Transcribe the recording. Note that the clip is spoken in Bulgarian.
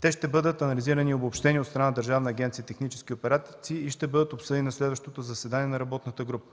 Те ще бъдат анализирани и обобщени от страна да Държавния агенция „Технически операции” и ще бъдат обсъдени на следващото заседание на работната група.